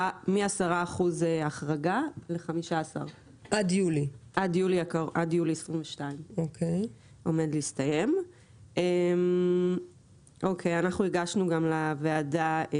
מ-10% החרגה ל-15% עד יולי 2022. אנחנו הגשנו את הנתונים גם לוועדה.